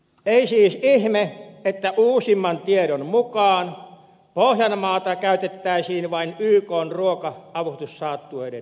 ei siis ihme että uusimman tiedon mukaan pohjanmaata käytettäisiin vain ykn ruoka avustussaattueiden suojaamiseen